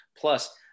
Plus